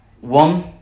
One